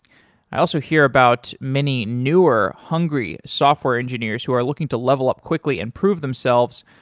i also hear about many newer, hungry software engineers who are looking to level up quickly and prove themselves